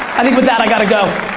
i think with that i gotta go.